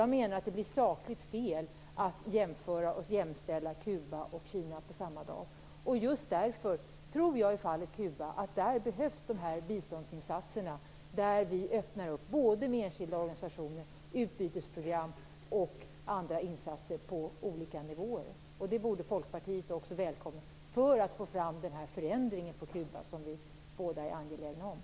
Jag menar att det blir sakligt fel att jämföra och jämställa Kuba och Kina på samma dag. Just därför tror jag i fallet Kuba att de här biståndsinsatserna behövs där vi öppnar upp både med enskilda organisationer, utbytesprogram och andra insatser på olika nivåer för att få fram den förändring på Kuba som vi båda är angelägna om.